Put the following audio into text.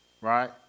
right